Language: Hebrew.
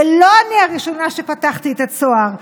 ולא אני הראשונה שפתחתי את הצוהר,